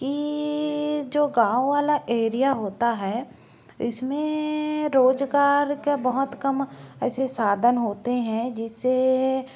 कि जो गाँव वाला एरिया होता है इसमें रोज़गार के बहुत कम ऐसे साधन होते हैं जिससे